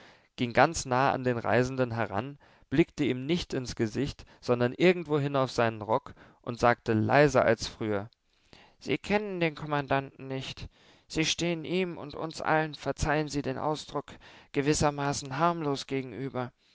ging ganz nahe an den reisenden heran blickte ihm nicht ins gesicht sondern irgendwohin auf seinen rock und sagte leiser als früher sie kennen den kommandanten nicht sie stehen ihm und uns allen verzeihen sie den ausdruck gewissermaßen harmlos gegenüber